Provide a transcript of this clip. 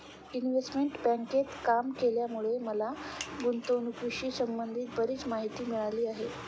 investment बँकेत काम केल्यामुळे मला गुंतवणुकीशी संबंधित बरीच माहिती मिळाली आहे